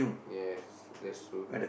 yes that's true